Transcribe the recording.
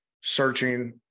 searching